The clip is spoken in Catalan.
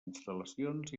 instal·lacions